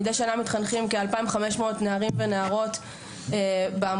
מידי שנה מתחנכים כ- 2,500 נערים ונערות בעמותה,